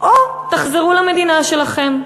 או תחזרו למדינה שלכם.